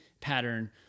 pattern